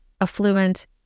affluent